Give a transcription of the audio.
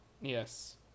yes